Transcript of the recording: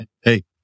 Hey